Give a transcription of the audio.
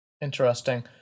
Interesting